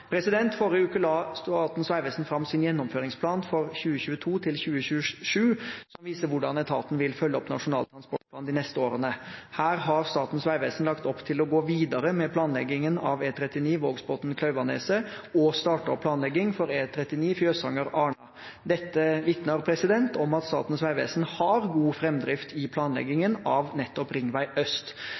Forrige uke la Statens vegvesen fram sin gjennomføringsplan for 2022–2027, som viser hvordan etaten vil følge opp Nasjonal transportplan de neste årene. Her har Statens vegvesen lagt opp til å gå videre med planleggingen av E39 Vågsbotn–Klauvaneset og starte opp planlegging for E39 Fjøsanger–Arna. Dette vitner om at Statens vegvesen har god framdrift i planleggingen av nettopp Ringvei øst.